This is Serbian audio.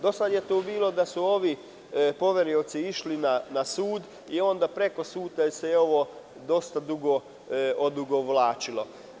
Do sada je bilo da su ovi poverioci išli na sud i onda se ovo preko suda dosta dugo odugovlačilo.